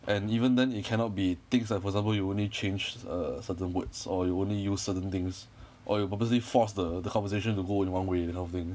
and even then it cannot be things like for example you only change uh certain words or you only use certain things or you purposely forced the the conversation to go in one way that kind of thing